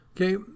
Okay